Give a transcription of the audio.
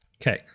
Okay